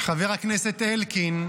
חבר הכנסת אלקין,